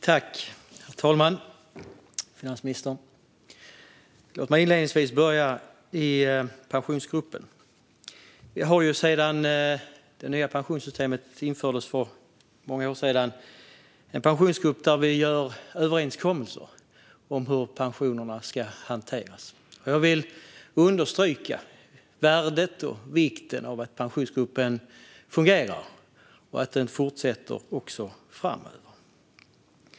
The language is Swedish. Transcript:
Herr talman! Låt mig börja med Pensionsgruppen. Vi har sedan det nya pensionssystemet infördes för många år sedan en pensionsgrupp där vi gör överenskommelser om hur pensionerna ska hanteras. Jag vill understryka värdet och vikten av att Pensionsgruppen fungerar och att den fortsätter också framöver.